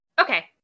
Okay